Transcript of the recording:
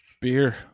Beer